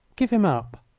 give him up!